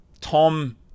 Tom